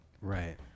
Right